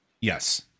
Yes